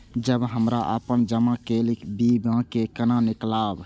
जब हमरा अपन जमा केल बीमा के केना निकालब?